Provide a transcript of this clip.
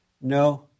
No